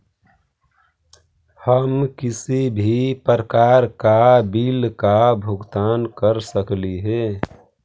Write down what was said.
हम किसी भी प्रकार का बिल का भुगतान कर सकली हे?